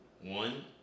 one